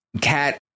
cat